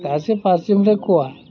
दासो फारसेनिफ्राय खहा